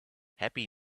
happy